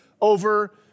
over